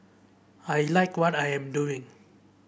I like what I am doing